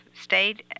state